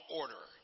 order